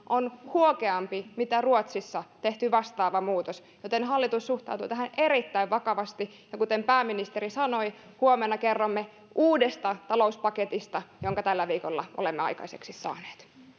on huokeampi kuin ruotsissa tehty vastaava muutos joten hallitus suhtautuu tähän erittäin vakavasti ja kuten pääministeri sanoi huomenna kerromme uudesta talouspaketista jonka tällä viikolla olemme aikaiseksi saaneet